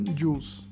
juice